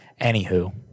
anywho